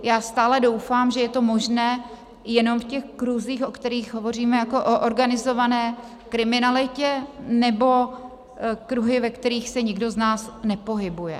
Já stále doufám, že je to možné jenom v těch kruzích, o kterých hovoříme jako o organizované kriminalitě, nebo kruhy, ve kterých se nikdo z nás nepohybuje.